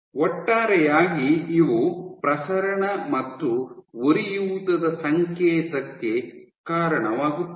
ಒಟ್ಟಾರೆಯಾಗಿ ಇವು ಪ್ರಸರಣ ಮತ್ತು ಉರಿಯೂತದ ಸಂಕೇತಕ್ಕೆ ಕಾರಣವಾಗುತ್ತವೆ